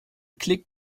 klick